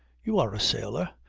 you are a sailor.